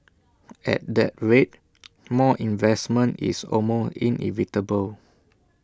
at that rate more investment is almost inevitable